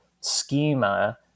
schema